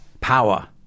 power